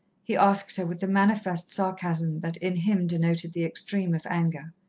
he asked her, with the manifest sarcasm that in him denoted the extreme of anger.